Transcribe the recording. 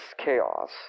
chaos